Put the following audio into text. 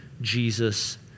Jesus